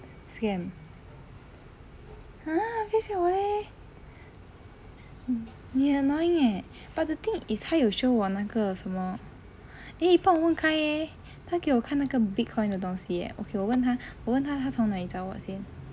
scam !huh! 不要吓我 eh mm 你很 annoying eh but the thing is 他有 show 我那个什么 eh 帮我问 kai leh 他给我看那个 Bitcoin 的东西 eh okay 我问他我问他他从哪里找我先